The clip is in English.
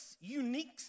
unique